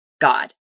God